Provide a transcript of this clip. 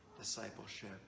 discipleship